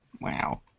Wow